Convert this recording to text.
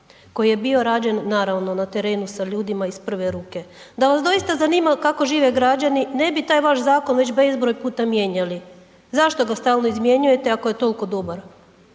koji je bio rađen naravno na terenu sa ljudima iz prve ruke. Da vas doista zanimalo kako žive građani ne bi taj vaš zakon već bezbroj puta mijenjali. Zašto ga stalno izmjenjujete ako je toliko dobar?